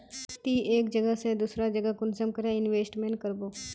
ती एक जगह से दूसरा जगह कुंसम करे इन्वेस्टमेंट करबो?